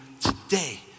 today